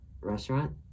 restaurant